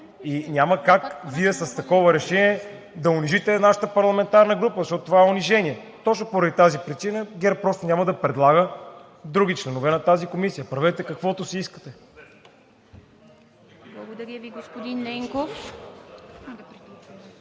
и няма как Вие с такова решение да унижите нашата парламентарна група, защото това е унижение. Точно поради тази причина ГЕРБ-СДС просто няма да предлага други членове на тази комисия. Правете каквото си искате. ПРЕДСЕДАТЕЛ ИВА МИТЕВА: Благодаря Ви, господин Ненков.